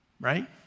Right